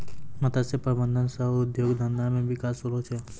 मत्स्य प्रबंधन सह उद्योग धंधा मे बिकास होलो छै